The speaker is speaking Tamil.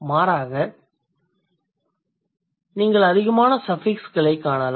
மாறாக நீங்கள் அதிகமான சஃபிக்ஸ்களைக் காணலாம்